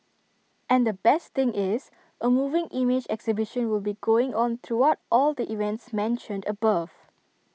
and the best thing is A moving image exhibition will be going on throughout all the events mentioned above